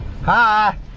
Hi